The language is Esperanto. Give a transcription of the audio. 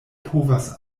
povas